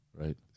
Right